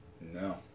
No